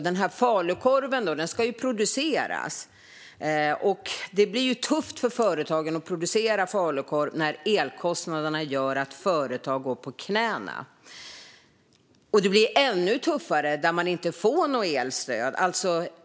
Den här falukorven ska ju också produceras. Det blir tufft för företagen att producera falukorv när elkostnaderna gör att företag går på knäna. Och det blir ännu tuffare där man inte får något elstöd.